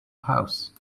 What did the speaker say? house